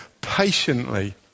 patiently